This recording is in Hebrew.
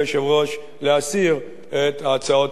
להסיר את ההצעות האלה מסדר-היום.